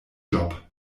job